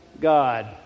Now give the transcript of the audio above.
God